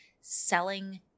selling